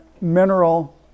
mineral